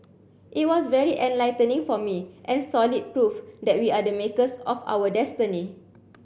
it was very enlightening for me and solid proof that we are the makers of our destiny